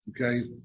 okay